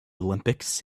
olympics